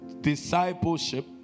discipleship